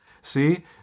See